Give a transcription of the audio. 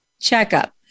checkup